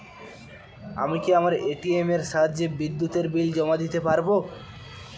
আমি কি আমার এ.টি.এম এর সাহায্যে বিদ্যুতের বিল জমা করতে পারব?